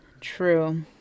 True